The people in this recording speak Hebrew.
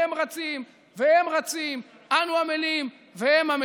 אנו רצים והם רצים,